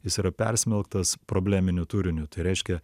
jis yra persmelktas probleminiu turiniu tai reiškia